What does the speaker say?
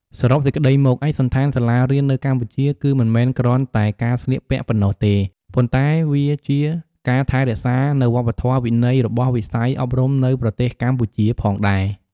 សរុបសេចក្តីមក ឯកសណ្ឋានសាលារៀននៅកម្ពុជាគឺមិនមែនគ្រាន់តែការស្លៀកពាក់ប៉ុណ្ណោះទេ ប៉ុន្តែវាជាការថែរក្សានៅវប្បធម៌វិន័យរបស់វិស័យអប់រំនៅប្រទេសកម្ពុជាផងដែរ។